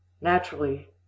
Naturally